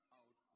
out